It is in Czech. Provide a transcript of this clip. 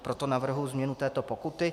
Proto navrhuji změnu této pokuty.